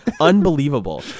Unbelievable